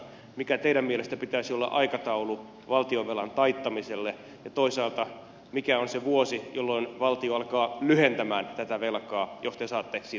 minkä teidän mielestänne pitäisi olla aikataulu valtionvelan taittamiselle ja toisaalta mikä on se vuosi jolloin valtio alkaa lyhentämään tätä velkaa jos te saatte siitä asiasta päättää